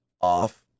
off